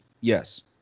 yes